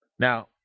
Now